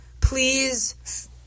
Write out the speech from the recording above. please